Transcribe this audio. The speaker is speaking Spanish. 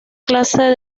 clase